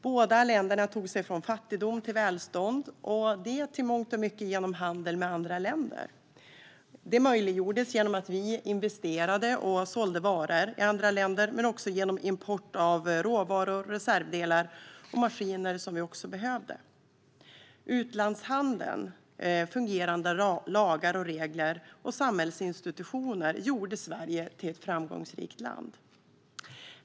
Båda länderna tog sig från fattigdom till välstånd, och det i mångt och mycket genom handel med andra länder. Det möjliggjordes genom att vi investerade och sålde varor i andra länder, men också genom import av bland annat råvaror, reservdelar och maskiner som vi behövde. Utlandshandeln, fungerande lagar, regler och samhällsinstitutioner gjorde Sverige till ett framgångsrikt land.